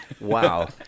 Wow